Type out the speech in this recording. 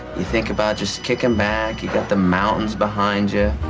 you think about just kicking back. you've got the mountains behind yeah